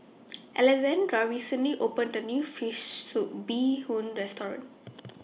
Alessandra recently opened A New Fish Soup Bee Hoon Restaurant